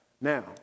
Now